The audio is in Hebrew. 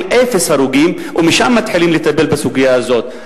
אפס הרוגים ומשם מתחילים לטפל בסוגיה הזאת.